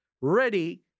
ready